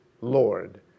Lord